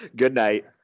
goodnight